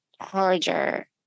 harder